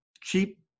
cheap